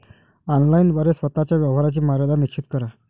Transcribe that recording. online द्वारे स्वतः च्या व्यवहाराची मर्यादा निश्चित करा